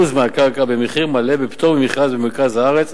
מהקרקע במחיר מלא בפטור ממכרז במרכז הארץ